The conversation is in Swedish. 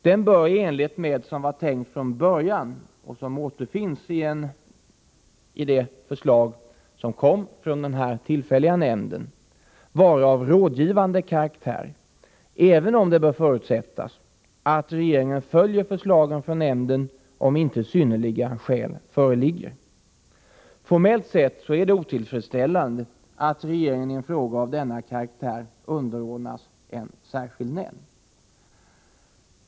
Den bör, som det var tänkt från början — det återfinns i förslaget från den tillfälliga nämnden — vara av rådgivande karaktär, även om det bör förutsättas att regeringen följer förslagen från nämnden om inte synnerliga skäl föreligger. Formellt sett är det otillfredsställande att regeringen i en fråga av denna karaktär underordnas en särskild nämnd.